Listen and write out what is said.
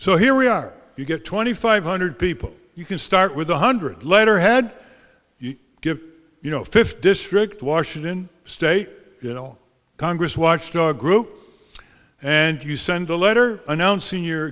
so here we are you get twenty five hundred people you can start with one hundred letterhead you get you know fifth district washington state congress watchdog group and you send a letter announcing your